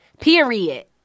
Period